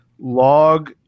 log